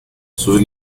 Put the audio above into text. sus